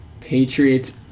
Patriots